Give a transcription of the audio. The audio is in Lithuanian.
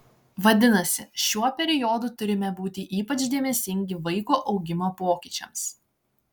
vadinasi šiuo periodu turime būti ypač dėmesingi vaiko augimo pokyčiams